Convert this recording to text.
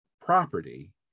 property